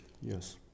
Yes